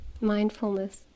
mindfulness